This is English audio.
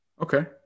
Okay